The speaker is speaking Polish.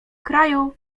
kraju